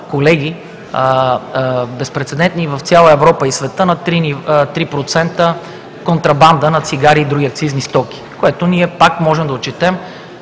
колеги, безпрецедентни в цяла Европа и света на 3% контрабанда на цигари и други акцизни стоки, които ние пак можем да отчетем